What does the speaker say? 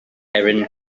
erin